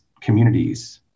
communities